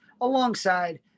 alongside